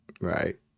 Right